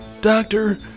Doctor